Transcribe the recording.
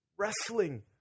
wrestling